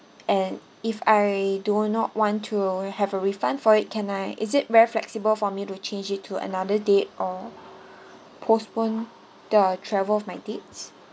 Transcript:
and if I do not want to have a refund for it can I is it very flexible for me to change it to another date or postponed the travel of my dates